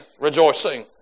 rejoicing